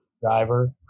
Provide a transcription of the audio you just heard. driver